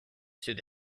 through